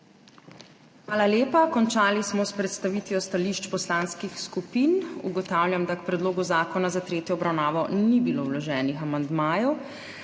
Hvala lepa. Končali smo s predstavitvijo stališč poslanskih skupin. Ugotavljam, da k predlogu zakona za tretjo obravnavo ni bilo vloženih amandmajev.